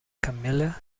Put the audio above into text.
camille